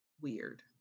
weird